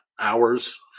hours